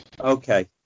Okay